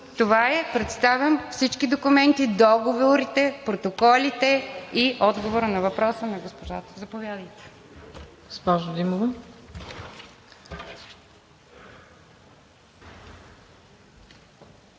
Това е. Предоставям всички документи – договорите, протоколите и отговора на въпроса на госпожата. Заповядайте. (Оставя